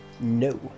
No